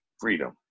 freedom